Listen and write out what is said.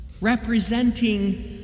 representing